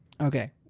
Okay